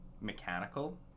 mechanical